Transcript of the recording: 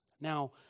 Now